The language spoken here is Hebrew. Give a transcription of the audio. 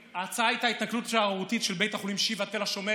ההצעה הייתה על התנכלות שערורייתית של בית החולים שיבא תל השומר